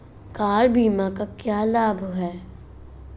Car बीमा का क्या लाभ है?